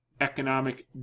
economic